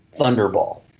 Thunderball